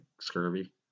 scurvy